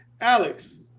Alex